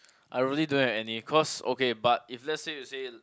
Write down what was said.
I really don't have any cause okay but if let's say you say